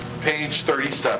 page thirty